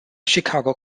chicago